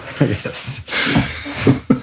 Yes